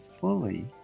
fully